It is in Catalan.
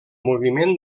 moviment